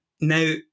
Now